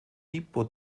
tipo